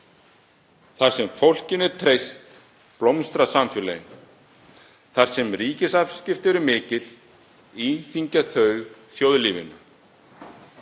Þar sem fólkinu er treyst blómstra samfélögin. Þar sem ríkisafskipti eru mikil íþyngja þau þjóðlífinu.